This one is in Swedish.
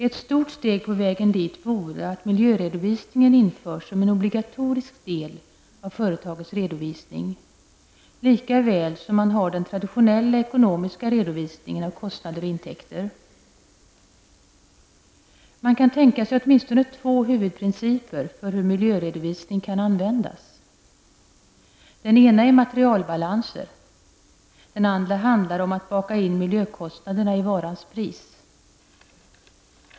Ett stort steg på vägen dit vore att miljöredovisning införs som en obligatorisk del av företagens redovisning likaväl som man har den traditionella ekonomiska redovisningen av kostnader och intäkter. Man kan tänka sig åtminstone två huvudprinciper för hur miljöredovisning kan användas. Den ena är materialbalanser. Den andra handlar om att lägga miljökostnaderna på varans pris.